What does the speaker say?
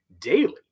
daily